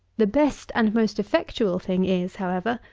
the best and most effectual thing is, however,